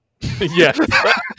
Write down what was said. Yes